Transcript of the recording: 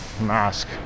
Mask